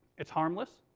it's harmless,